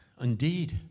Indeed